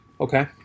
Okay